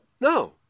no